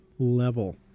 level